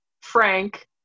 Frank